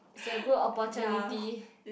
is a good oppurtunity